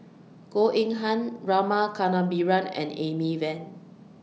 Goh Eng Han Rama Kannabiran and Amy Van